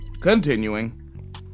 Continuing